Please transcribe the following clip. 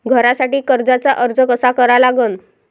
घरासाठी कर्जाचा अर्ज कसा करा लागन?